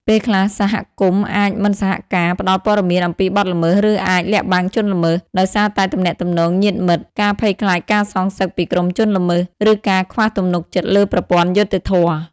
ពេលខ្លះ សហគមន៍អាច មិនសហការ ផ្តល់ព័ត៌មានអំពីបទល្មើស ឬអាច លាក់បាំងជនល្មើស ដោយសារតែទំនាក់ទំនងញាតិមិត្ត ការភ័យខ្លាចការសងសឹកពីក្រុមជនល្មើស ឬការខ្វះទំនុកចិត្តលើប្រព័ន្ធយុត្តិធម៌។